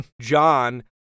John